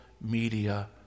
media